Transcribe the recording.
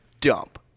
dump